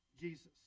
Jesus